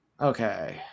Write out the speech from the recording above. Okay